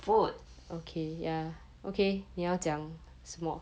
food